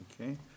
Okay